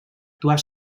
actuar